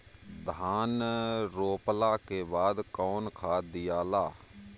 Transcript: धान रोपला के बाद कौन खाद दियाला?